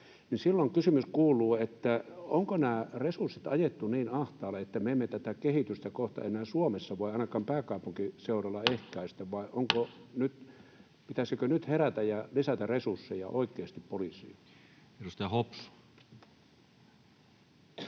Silloin kysymys kuuluu, onko nämä resurssit ajettu niin ahtaalle, että me emme tätä kehitystä kohta enää Suomessa voi ainakaan pääkaupunkiseudulla ehkäistä, vai pitäisikö nyt herätä ja lisätä resursseja oikeasti poliisiin. [Speech 173]